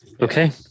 okay